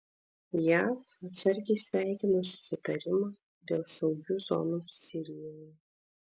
jav atsargiai sveikina susitarimą dėl saugių zonų sirijoje